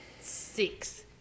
six